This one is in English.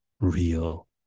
real